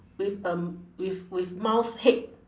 with um with with mouse head